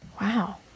wow